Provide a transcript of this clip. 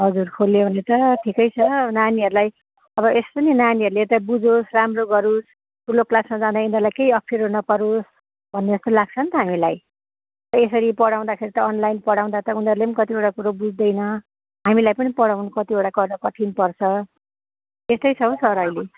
हजुर खुल्यो भने त ठिकै छ नानीहरूलाई अब यस्तो नि नानीहरूले त बुझोस् राम्रो गरोस् ठुलो क्लासमा जाँदा यिनीहरूलाई केही अप्ठ्यारो नपरोस् भन्ने जस्तो लाग्छ नि त हामीलाई यसरी पढाउँदाखेरि त अनलाइन पढाउँदा त उनीहरूले पनि कतिवटा कुरो बुझ्दैन हामीलाई पनि पढाउनु कतिवटा कठिन पर्छ यस्तै छ हौ सर अहिले